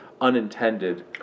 unintended